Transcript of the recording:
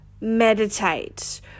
meditate